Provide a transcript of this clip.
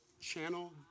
channel